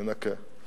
מנקה.